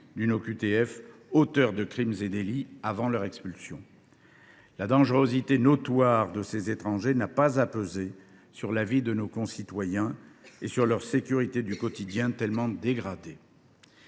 d’une OQTF et auteurs de crimes et délits, avant leur expulsion. La dangerosité notoire de ces étrangers n’a pas à peser sur la vie de nos concitoyens et sur leur sécurité du quotidien, laquelle est déjà